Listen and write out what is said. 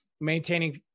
maintaining